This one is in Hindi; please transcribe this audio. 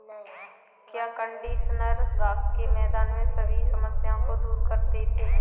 क्या कंडीशनर घास के मैदान में सभी समस्याओं को दूर कर देते हैं?